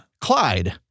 Clyde